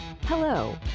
Hello